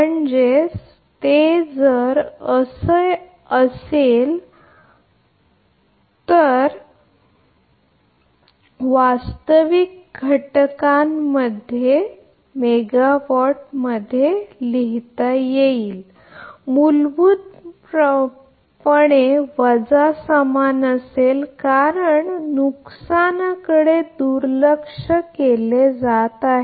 तर जर ते येथे असेल तर आणि जर ते वास्तविक युनिटमध्ये मध्ये असेल तर जेव्हा ते मेगावाटमध्ये असेल तर मूलभूतपणे वजा समान असेल कारण नुकसानाकडे दुर्लक्ष केले जाते